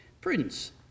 Prudence